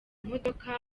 modoka